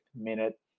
minute